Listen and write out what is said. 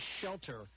SHELTER